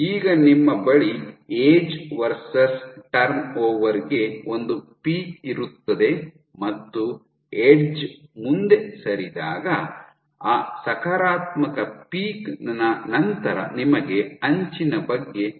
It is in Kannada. ಈಗ ನಿಮ್ಮ ಬಳಿ ಏಜ್ ವರ್ಸ್ಸ್ ಟರ್ನ್ ಓವರ್ ಗೆ ಒಂದು ಪೀಕ್ ಇರುತ್ತದೆ ಮತ್ತು ಎಡ್ಜ್ ಮುಂದೆ ಸರಿದಾಗ ಆ ಸಕಾರಾತ್ಮಕ ಪೀಕ್ ನ ನಂತರ ನಿಮಗೆ ಅಂಚಿನ ಬಗ್ಗೆ ತಿಳಿದಿದೆ